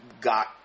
got